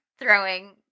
throwing